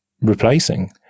replacing